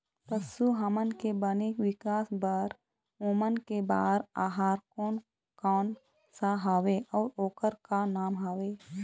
पशु हमन के बने विकास बार ओमन के बार आहार कोन कौन सा हवे अऊ ओकर का नाम हवे?